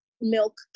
milk